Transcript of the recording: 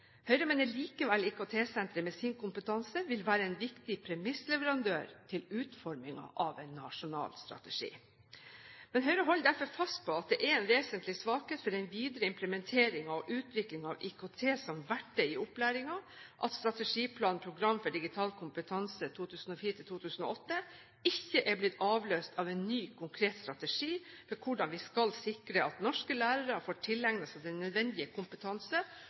Høyre mener likevel IKT-senteret med sin kompetanse vil være en viktig premissleverandør til utformingen av en nasjonal strategi. Høyre holder derfor fast ved at det er en vesentlig svakhet for den videre implementering og utvikling av IKT som verktøy i opplæringen at strategiplanen «Program for digital kompetanse 2004–2008» ikke er blitt avløst av en ny, konkret strategi for hvordan vi skal sikre at norske lærere får tilegnet seg den nødvendige kompetanse